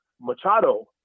Machado